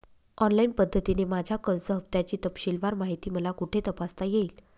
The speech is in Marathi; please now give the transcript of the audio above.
ऑनलाईन पद्धतीने माझ्या कर्ज हफ्त्याची तपशीलवार माहिती मला कुठे तपासता येईल?